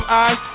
eyes